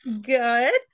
Good